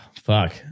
fuck